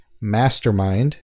mastermind